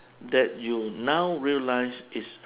that you now realise is